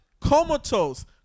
comatose